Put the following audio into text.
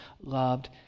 loved